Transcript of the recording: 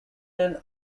named